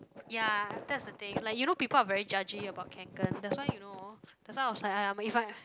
ya that's the thing like you know people are very judge about Kanken that's why you know that's why I was like !aiya! if I